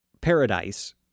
paradise